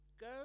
Go